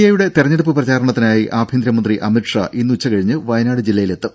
A യുടെ തെരഞ്ഞെടുപ്പ് പ്രചാരണത്തിനായി ആഭ്യന്തര മന്ത്രി അമിത് ഷാ ഇന്ന് ഉച്ചകഴിഞ്ഞ് വയനാട് ജില്ലയിലെത്തും